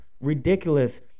ridiculous